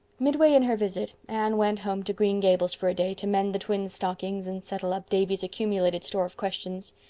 midway in her visit anne went home to green gables for a day to mend the twins' stockings and settle up davy's accumulated store of questions.